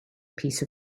piece